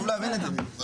אשמח לענות לך.